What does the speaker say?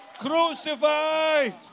crucified